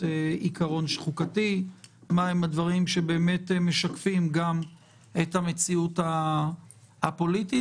עיקרון חוקתי ומה הם הדברים שבאמת משקפים גם את המציאות הפוליטית.